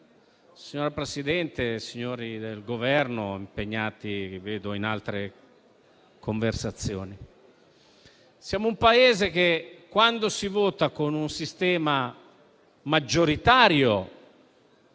Signora Presidente e signori del Governo, che vedo impegnati in altre conversazioni, noi siamo un Paese che, quando si vota con un sistema maggioritario,